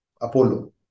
Apollo